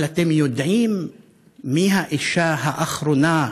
אבל אתם יודעים מי האישה האחרונה ההרה,